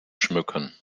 schmücken